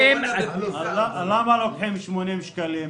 למה לוקחים 80 שקלים?